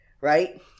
right